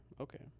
Okay